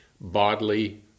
bodily